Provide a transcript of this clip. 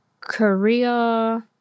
Korea